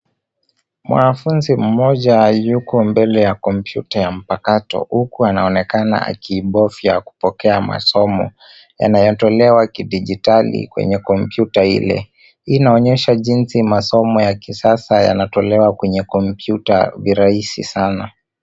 Mwanafunzi mmoja yuko mbele ya kompyuta ya mpakato huku anaonekana akibofia kupokea masomo yanayotolewa kidijitali kwenye kompyuta ile. Hii inaonyesha jinsi masomo ya kisasa yanatolewa kwenye kompyuta virahisi sana.